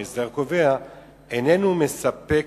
ההסדר הקובע איננו מספק,